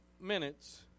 minutes